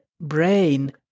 brain